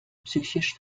psychisch